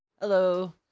hello